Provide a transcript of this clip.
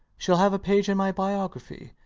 she'll have a page in my biography.